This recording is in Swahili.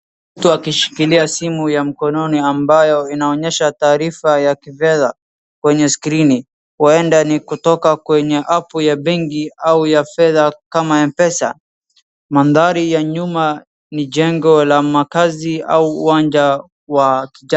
Mtu akishikilia simu ya mkononi ambayo inaonyesha taarifa ya kifedha, kwenye screen huenda ni kutoka kwenye app ya benki au ya fedha kama M-pesa, mandhari ya nyuma ni jengo la makazi au uwanja wa kichaka.